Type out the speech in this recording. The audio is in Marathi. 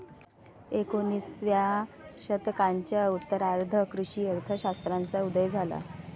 एकोणिसाव्या शतकाच्या उत्तरार्धात कृषी अर्थ शास्त्राचा उदय झाला